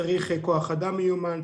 צריך כוח אדם מיומן,